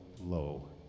Low